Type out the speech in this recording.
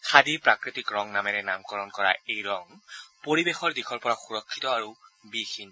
খাদী প্ৰাকৃতিক ৰং নামেৰে নামাকৰণ কৰা এই ৰং পৰিৱেশৰ দিশৰ পৰা সুৰক্ষিত আৰু বিষহীন